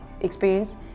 experience